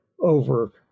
over